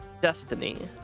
destiny